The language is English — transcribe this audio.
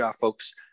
folks